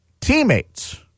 teammates